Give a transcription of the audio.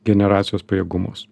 generacijos pajėgumus